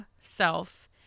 self